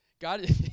God